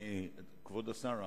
כבוד השר,